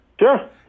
Sure